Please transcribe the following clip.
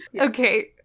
okay